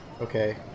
Okay